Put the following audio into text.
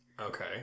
Okay